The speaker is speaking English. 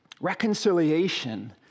Reconciliation